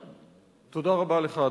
תודה רבה לך,